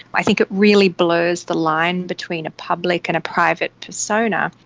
i think it really blurs the line between a public and private persona,